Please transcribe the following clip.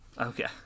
Okay